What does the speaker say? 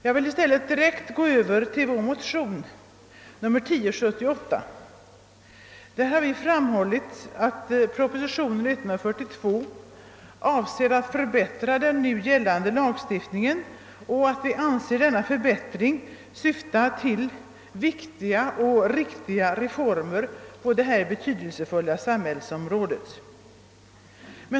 Jag vill i stället direkt gå över till vår motion II: 1087, där det framhålles att proposition nr 142 avser att förbättra den nu gällande lagstiftningen och att denna förbättring innebär viktiga och riktiga reformer på detta betydelsefulla område.